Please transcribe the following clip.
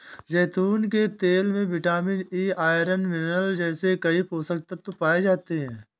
जैतून के तेल में विटामिन ई, आयरन, मिनरल जैसे कई पोषक तत्व पाए जाते हैं